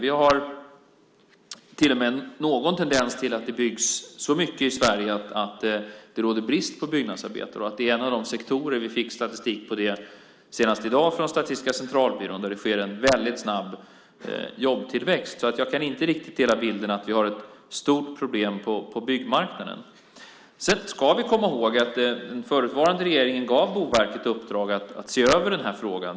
Vi har till och med en tendens till att det byggs så mycket i Sverige att det råder brist på byggnadsarbetare. Det är en av de sektorer där det sker en mycket snabb jobbtillväxt. Vi fick statistik på det senast i dag från Statistiska centralbyrån. Jag kan därför inte dela bilden att vi har ett stort problem på byggmarknaden. Vi ska komma ihåg att den förutvarande regeringen gav Boverket i uppdrag att se över frågan.